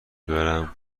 ببرم